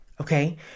okay